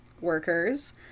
workers